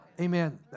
Amen